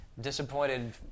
disappointed